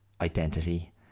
identity